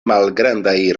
malgrandaj